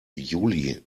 juli